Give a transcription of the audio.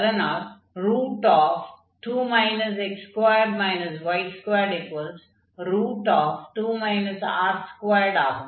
அதனால் 2 x2y22 r2 ஆகும்